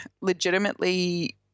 legitimately